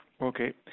Okay